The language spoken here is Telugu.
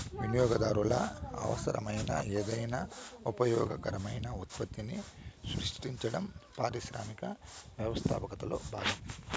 వినియోగదారులకు అవసరమైన ఏదైనా ఉపయోగకరమైన ఉత్పత్తిని సృష్టించడం పారిశ్రామిక వ్యవస్థాపకతలో భాగం